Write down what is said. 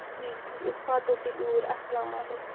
ٹھیٖک ٹھیٖک أسۍ واتو تیٚلہِ اوٗرۍ اسلامُ علیکُم